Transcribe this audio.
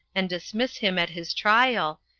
and dismiss him at his trial,